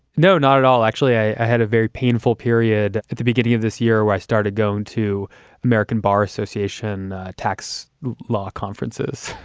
no, not at all. actually, i had a very painful period at the beginning of this year i started going to american bar association tax law conferences